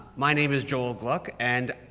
my name is joel gluck and,